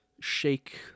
shake